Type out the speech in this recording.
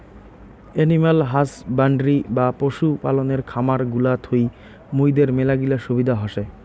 animal husbandry বা পশু পালনের খামার গুলা থুই মুইদের মেলাগিলা সুবিধা হসে